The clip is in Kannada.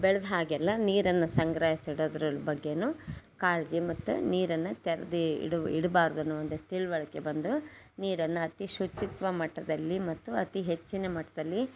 ಬೆಳ್ದ ಹಾಗೆಲ್ಲ ನೀರನ್ನು ಸಂಗ್ರಹಿಸಿಡೋದ್ರ ಬಗ್ಗೆನೂ ಕಾಳಜಿ ಮತ್ತು ನೀರನ್ನು ತೇರೆದೇ ಇಡು ಇಡ್ಬಾರ್ದು ಅನ್ನೋ ಒಂದು ತಿಳಿವಳ್ಕೆ ಬಂದು ನೀರನ್ನು ಅತಿ ಶುಚಿತ್ವ ಮಟ್ಟದಲ್ಲಿ ಮತ್ತು ಅತಿ ಹೆಚ್ಚಿನ ಮಟ್ಟದಲ್ಲಿ